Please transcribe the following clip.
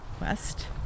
west